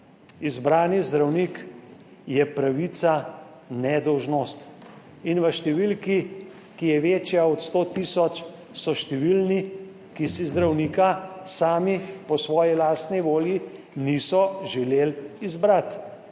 Izbrani zdravnik je pravica nedolžnost in v številki, ki je večja od 100000, so številni, ki si zdravnika sami, po svoji lastni volji niso želeli izbrati.